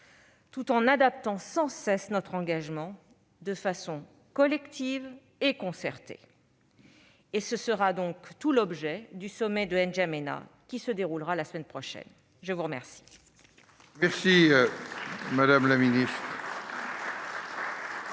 tout en adaptant sans cesse notre engagement, de façon collective et concertée. Ce sera tout l'objet du sommet de N'Djamena qui se déroulera la semaine prochaine. Nous allons